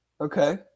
Okay